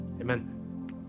Amen